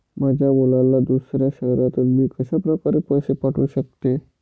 माझ्या मुलाला दुसऱ्या शहरातून मी कशाप्रकारे पैसे पाठवू शकते?